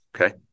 okay